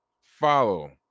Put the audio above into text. follow